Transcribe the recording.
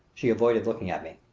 she avoided looking at me.